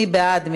מי בעד?